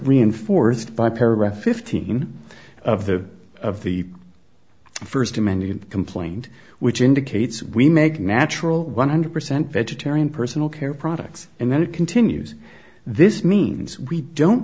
reinforced by paragraph fifteen of the of the first amendment complaint which indicates we make natural one hundred percent vegetarian personal care products and then it continues this means we don't